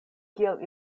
kiel